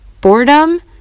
Boredom